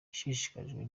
ishishikajwe